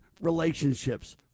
relationships